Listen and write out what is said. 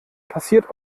passiert